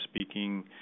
speaking